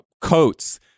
coats